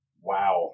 Wow